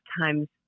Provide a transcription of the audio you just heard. times